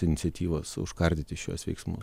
iniciatyvos užkardyti šiuos veiksmus